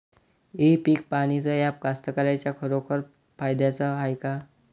इ पीक पहानीचं ॲप कास्तकाराइच्या खरोखर फायद्याचं हाये का?